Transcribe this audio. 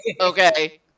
Okay